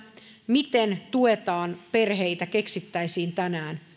miten tuetaan perheitä keksittäisiin tänään